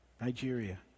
Nigeria